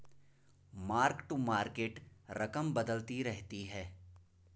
mark to market रकम बदलती रहती है